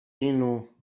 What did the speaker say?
inu